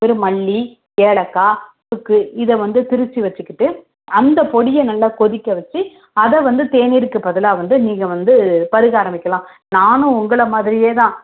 ஒரு மல்லி ஏலக்காய் சுக்கு இதை வந்து திரித்து வச்சுக்கிட்டு அந்த பொடியை நல்லா கொதிக்க வச்சு அதை வந்து தேநீருக்கு பதிலாக வந்து நீங்கள் வந்து பருக ஆரம்பிக்கலாம் நானும் உங்களை மாதிரியே தான்